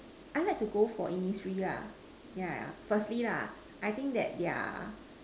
I like to go for Innisfree lah yeah yeah firstly lah I think that their